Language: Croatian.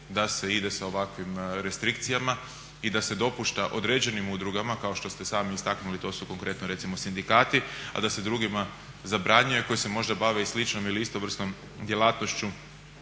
da se ide sa ovakvim restrikcijama i da se dopušta određenim udrugama kao što ste sami istaknuli to su konkretno recimo sindikati, a da se drugima zabranjuje koji se možda bave i sličnom ili istovrsnom djelatnošću